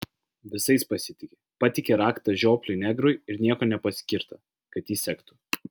visais pasitiki patiki raktą žiopliui negrui ir nieko nepaskirta kad jį sektų